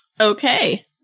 Okay